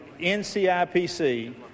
NCIPC